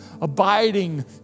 abiding